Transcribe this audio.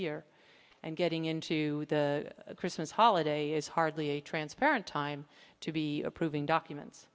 year and getting into the christmas holiday is hardly a transparent time to be approving documents